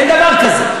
אין דבר כזה.